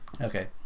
Okay